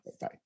Bye